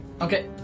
Okay